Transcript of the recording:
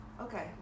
okay